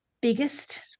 biggest